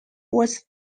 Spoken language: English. was